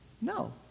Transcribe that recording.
No